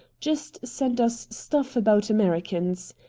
just send us stuff about americans.